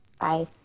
bye